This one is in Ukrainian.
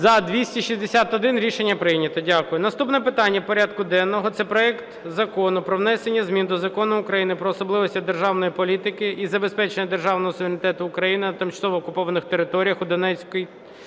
За-261 Рішення прийнято. Дякую. Наступне питання порядку денного – це проект Закону про внесення змін до Закону України "Про особливості державної політики із забезпечення державного суверенітету України на тимчасово окупованих територіях у Донецькій